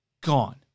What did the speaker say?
gone